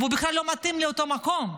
והוא בכלל לא מתאים לאותו מקום,